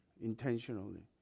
intentionally